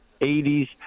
80s